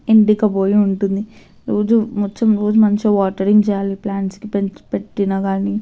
ఎండిపోయి ఉంటుంది రోజు రోజు మంచిగా వాటరింగ్ చేయాలి ప్లాంట్స్కి పెట్టిన కాని